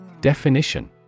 Definition